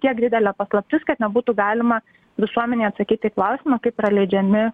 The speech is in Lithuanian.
tiek didelė paslaptis kad nebūtų galima visuomenei atsakyt į klausimą kaip yra leidžiami